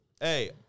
Hey